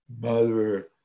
mother